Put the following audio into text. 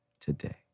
today